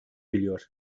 biliyor